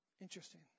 Interesting